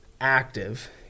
active